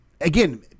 again